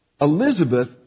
Elizabeth